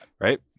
right